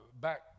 back